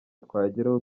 twageraho